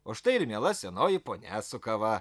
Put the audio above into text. o štai ir miela senoji ponia su kava